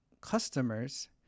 customers